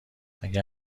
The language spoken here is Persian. اگه